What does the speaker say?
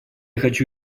хочу